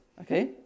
okay